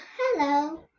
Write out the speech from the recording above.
hello